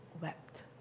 wept